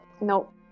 Nope